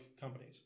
companies